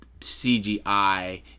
cgi